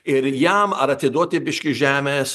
ir jam ar atiduoti biškį žemės